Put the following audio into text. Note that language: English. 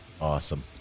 awesome